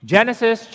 Genesis